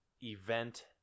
event